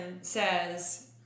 says